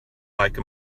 like